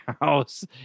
house